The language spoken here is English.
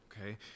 okay